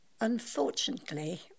Unfortunately